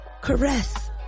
caress